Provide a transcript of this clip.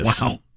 Wow